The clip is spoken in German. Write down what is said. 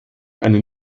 einen